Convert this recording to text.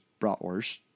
bratwurst